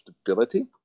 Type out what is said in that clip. stability